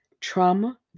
trauma